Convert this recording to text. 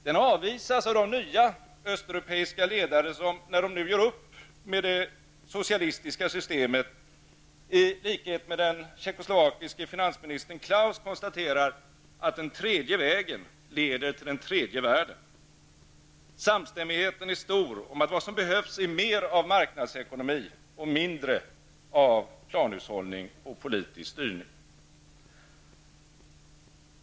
Den avvisas av de nya östeuropeiska ledare som, när de nu gör upp med det socialistiska systemet, i likhet med den tjeckoslovakiske finansministern Klaus konstaterar att den tredje vägen leder till den tredje världen. Samstämmigheten är stor om att vad som behövs är mer av marknadsekonomi och mindre av planhushållning och politisk styrning.